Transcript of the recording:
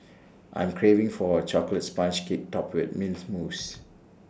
I am craving for A Chocolate Sponge Cake Topped with Mint Mousse